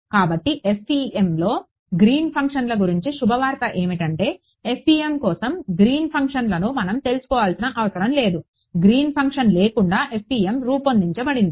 కాబట్టి FEMలో గ్రీన్ ఫంక్షన్ల గురించి శుభవార్త ఏమిటంటే FEM కోసం గ్రీన్ ఫంక్షన్లను మనం తెలుసుకోవలసిన అవసరం లేదు గ్రీన్ ఫంక్షన్ లేకుండా FEM రూపొందించబడింది